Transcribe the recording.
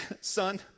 son